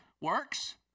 Works